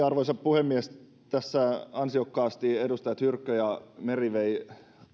arvoisa puhemies tässä ansiokkaasti edustajat hyrkkö ja meri veivät